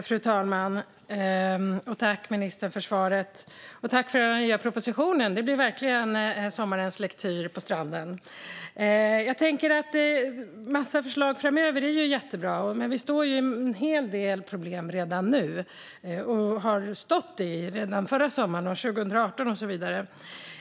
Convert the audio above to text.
Fru talman! Jag tackar ministern för svaret. Tack också för den nya propositionen! Det blir verkligen sommarens lektyr på stranden. Det är jättebra med en massa förslag framöver, men vi står ju med en hel del problem redan nu och stod med dem redan förra sommaren och 2018 och så vidare.